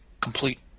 complete